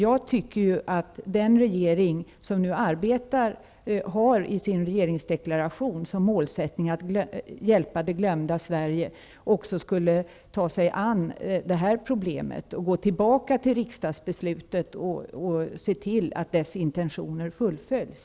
Jag tycker att den regering som i sin regeringsdeklaration har som målsättning att hjälpa det glömda Sverige också skall ta sig an det här problemet, gå tillbaka till riksdagsbeslutet och se till att dess intentioner fullföljs.